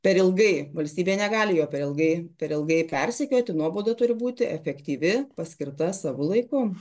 per ilgai valstybė negali jo per ilgai per ilgai persekioti nuobauda turi būti efektyvi paskirta savo laiku